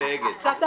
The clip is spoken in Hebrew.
גיל יעקב.